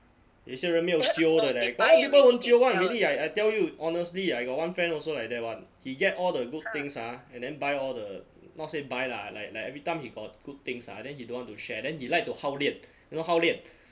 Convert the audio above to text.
有些人没有 jio 的 leh got a lot of people won't jio [one] really I I tell you honestly I got one friend also like that [one] he get all the good things ah and then buy all the not say buy lah like like everytime he got good things ah then he don't want to share then he like to hao lian you know hao lian